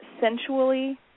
Sensually